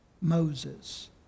Moses